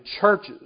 churches